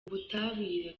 ubutabire